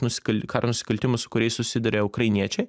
nusikal karo nusikaltimus su kuriais susiduria ukrainiečiai